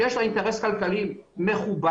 שיש לה אינטרס כלכלי מכובד,